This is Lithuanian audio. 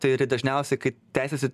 tai yra dažniausiai kai tęsiasi